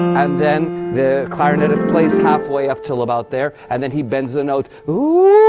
and then, the clarinet is placed half way, up till about there. and then he bends the note. oo-wya-a